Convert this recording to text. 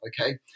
Okay